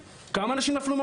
כמה אנשים נפלו מקורקינט?